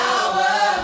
Power